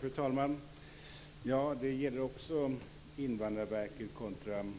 Fru talman! Det jag vill ta upp gäller också Invandrarverket kontra